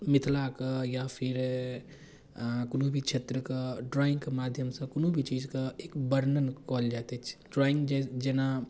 मिथिलाके या फेर कोनो भी क्षेत्रके ड्राइङ्गके माध्यमसँ कोनो भी चीजके एक वर्णन कएल जाइत अछि ड्राइङ्ग जे जेना